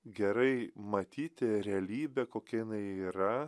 gerai matyti realybę kokia jinai yra